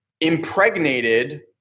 impregnated